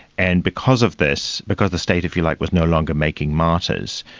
and because of this, because the state if you like was no longer making martyrs,